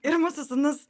ir mūsų sūnus